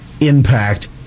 impact